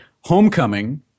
Homecoming